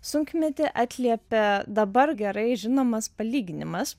sunkmetį atliepia dabar gerai žinomas palyginimas